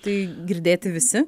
tai girdėti visi